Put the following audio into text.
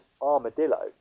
Armadillo